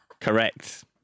Correct